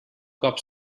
cop